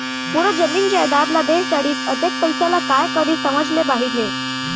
पूरा जमीन जयजाद ल बेच डरिस, अतेक पइसा ल काय करिस समझ ले बाहिर हे